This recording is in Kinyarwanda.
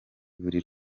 buri